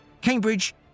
Cambridge